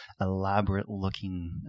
elaborate-looking